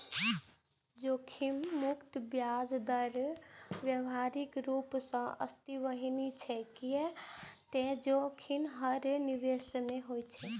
जोखिम मुक्त ब्याज दर व्यावहारिक रूप सं अस्तित्वहीन छै, कियै ते जोखिम हर निवेश मे होइ छै